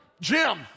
Jim